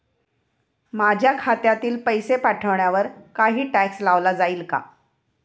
माझ्या खात्यातील पैसे पाठवण्यावर काही टॅक्स लावला जाईल का?